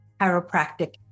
chiropractic